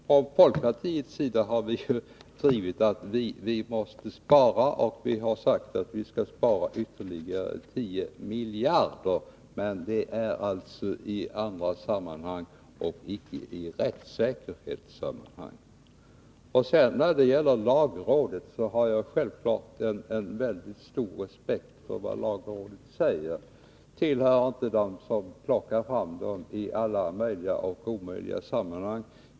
Från folkpartiets sida har vi också krävt att man måste spara, och vi har sagt att man skall spara ytterligare 10 miljarder. Men det gäller andra områden än rättssäkerheten. När det sedan gäller lagrådet har jag självfallet väldigt stor respekt för vad lagrådet säger. Jag tillhör inte dem som hänvisat till det i alla möjliga och omöjliga sammanhang.